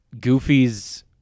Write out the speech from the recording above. Goofy's